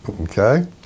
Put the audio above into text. Okay